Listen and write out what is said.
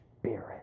spirit